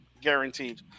guaranteed